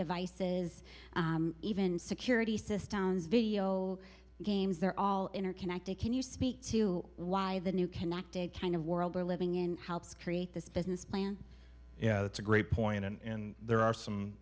devices even security systems video games they're all interconnected can you speak to why the new connected kind of world we're living in helps create this business plan yeah that's a great point and there are some